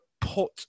put